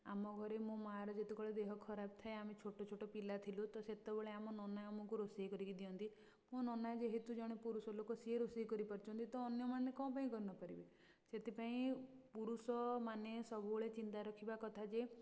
ଆମ ଘରେ ମୋ ମା'ର ଯେତେବେଳେ ଦେହ ଖରାପ ଥାଏ ଆମେ ଛୋଟ ଛୋଟ ପିଲା ଥିଲୁ ତ ସେତେବେଳେ ଆମ ନନା ଆମକୁ ରୋଷେଇ କରିକି ଦିଅନ୍ତି ମୋ ନନା ଯେହେତୁ ଜଣେ ପୁରୁଷ ଲୋକ ସିଏ ରୋଷେଇ କରିପାରୁଛନ୍ତି ତ ଅନ୍ୟ ମାନେ କ'ଣ ପାଇଁ କରିନପାରିବେ ସେଥିପାଇଁ ପୁରୁଷମାନେ ସବୁବେଳେ ଚିନ୍ତା ରଖିବା କଥା ଯେ